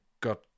got